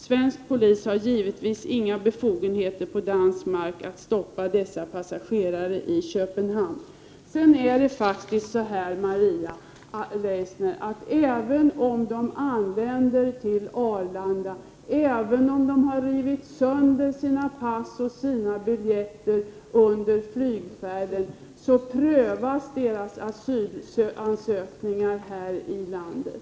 Svensk polis har givetvis inga befogenheter på dansk mark att stoppa dessa passagerare i Köpenhamn.” Även om dessa flyktingar anländer till Arlanda, Maria Leissner, och även om de rivit sönder sina pass och biljetter under flygfärden, prövas deras asylansökningar här i landet.